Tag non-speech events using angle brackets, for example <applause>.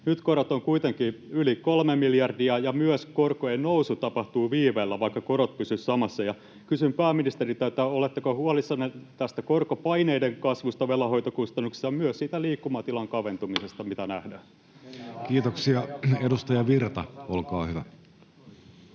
Nyt korot ovat kuitenkin yli 3 miljardia ja myös korkojen nousu tapahtuu viiveellä, vaikka korot pysyisivät samassa. Kysyn pääministeriltä: oletteko huolissanne tästä korkopaineiden kasvusta velanhoitokustannuksissa ja myös siitä liikkumatilan kaventumisesta, <noise> mitä nähdään? Kiitoksia. — Edustaja Virta, olkaa hyvä.